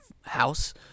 house